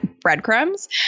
breadcrumbs